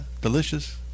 delicious